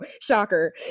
shocker